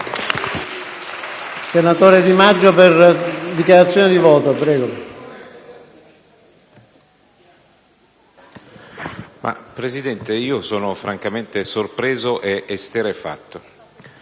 Presidente, sono francamente sorpreso ed esterrefatto,